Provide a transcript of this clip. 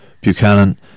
Buchanan